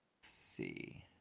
see